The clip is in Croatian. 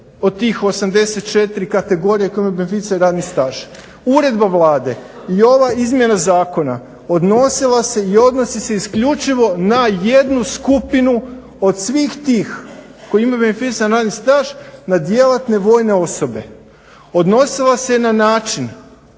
od tih 84 kategorije koje imaju beneficirani radni staž. Uredba Vlade i ova izmjena zakona odnosila se i odnosi se isključivo na jednu skupinu od svih tih koji imaju beneficirani radni staž, na djelatne vojne osobe. Odnosila se je na način,